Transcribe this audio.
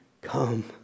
come